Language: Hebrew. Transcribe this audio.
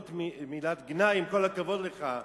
זו לא מילת גנאי, עם כל הכבוד לך,